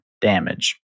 damage